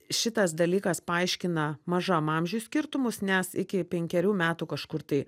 šitas dalykas paaiškina mažam amžiuj skirtumus nes iki penkerių metų kažkur tai